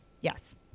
Yes